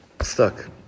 stuck